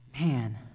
man